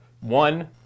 one